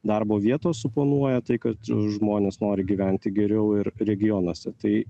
darbo vietos suponuoja tai kad žmonės nori gyventi geriau ir regionuose tai